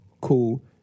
cool